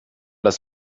das